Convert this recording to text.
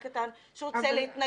הקטן, שרוצה להתנגד.